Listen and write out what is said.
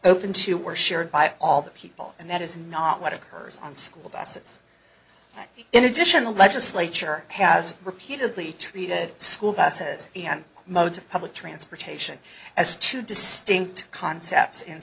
open to were shared by all the people and that is not what occurs on school buses in addition the legislature has repeatedly treated school buses and modes of public transportation as two distinct concepts in